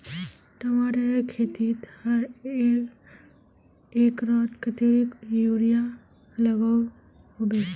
टमाटरेर खेतीत हर एकड़ोत कतेरी यूरिया लागोहो होबे?